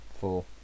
Four